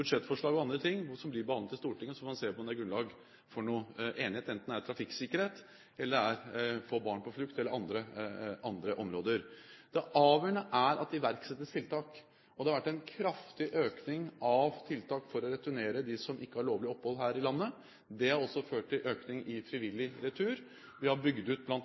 ting som vil bli behandlet i Stortinget, og så får man se om det er noe grunnlag for enighet, enten det gjelder trafikksikkerhet, barn på flukt eller andre områder. Det avgjørende er at det iverksettes tiltak, og det har vært en kraftig økning av tiltak for å returnere dem som ikke har lovlig opphold her i landet. Det har også ført til en økning i frivillig retur. Vi har